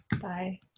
Bye